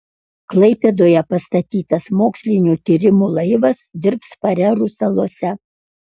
klaipėdoje pastatytas mokslinių tyrimų laivas dirbs farerų salose